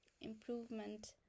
improvement